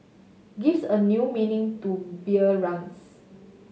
gives a new meaning to beer runs